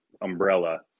umbrella